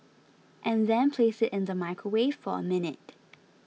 and then place it in the microwave for a minute